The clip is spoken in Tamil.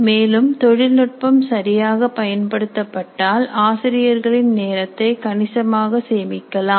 மேலும் தொழில்நுட்பம் சரியாக பயன்படுத்தப்பட்டால் ஆசிரியர்களின் நேரத்தை கணிசமாக சேமிக்கலாம்